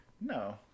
No